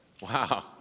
Wow